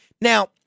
Now